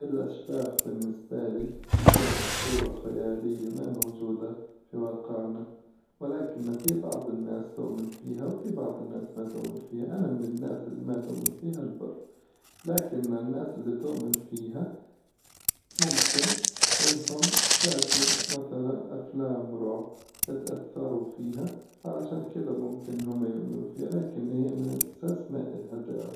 الأشباح بالنسبة لي هي أسطورة خيالية ما هي موجودة في واقعنا، ولكن في بعظ الناس تؤمن فيها وفي بعظ الناس ما تؤمن فيها، أنا من الناس إللي ما تؤمن فيها البر، لكن الناس إللي تؤمن فيها ممكن إنهم شافوا مثلا أفلام رعب اتأثروا فيها علشان كذا ممكن هم يؤمنوا فيها، لكن هي من الأساس ما إلها داعي.